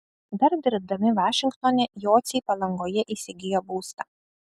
dar dirbdami vašingtone jociai palangoje įsigijo būstą